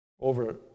over